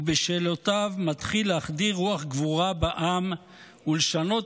ובשאלותיו מתחיל להחדיר רוח גבורה בעם ולשנות